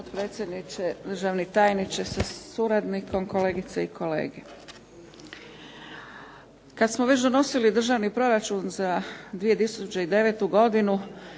Hvala vam